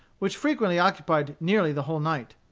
which frequently occupied nearly the whole night.